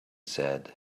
said